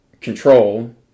control